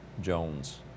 Jones